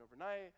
overnight